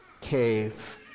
cave